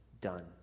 done